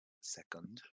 second